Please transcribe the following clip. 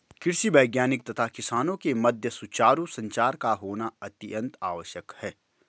कृषि वैज्ञानिक तथा किसानों के मध्य सुचारू संचार का होना अत्यंत आवश्यक है